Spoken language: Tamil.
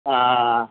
ஆ ஆ ஆ